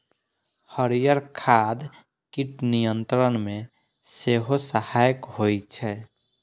हरियर खाद कीट नियंत्रण मे सेहो सहायक होइ छै